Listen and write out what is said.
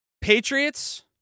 Patriots